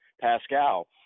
Pascal